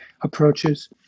approaches